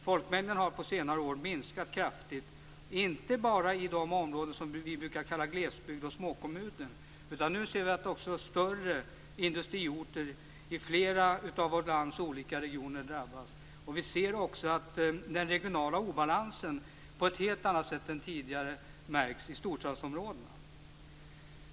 Folkmängden har på senare år minskat kraftigt, inte bara i de områden som vi brukar kalla glesbygd och småkommuner. Nu ser vi att också större industriorter i flera av vårt lands olika regioner drabbas. Vi ser också att den regionala obalansen i storstadsområdena märks på ett helt annat sätt än tidigare.